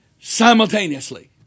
simultaneously